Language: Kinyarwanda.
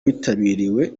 witabiriwe